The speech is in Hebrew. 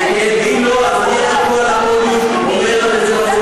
ואת תתמכי בהצעת החוק הממשלתית המצוינת.